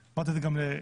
אמרתי את זה גם לסעיד,